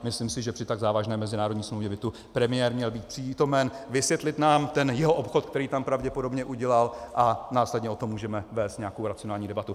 Myslím si, že při tak závažné mezinárodní smlouvě by tu premiér měl být přítomen, vysvětlit nám ten jeho obchod, který tam pravděpodobně udělal, a následně o tom můžeme vést nějakou racionální debatu.